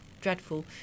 dreadful